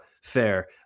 fair